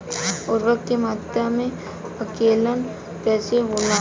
उर्वरक के मात्रा में आकलन कईसे होला?